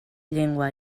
llengua